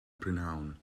prynhawn